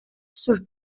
sur